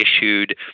issued